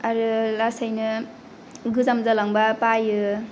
आरो लासैनो गोजाम जालांबा बायो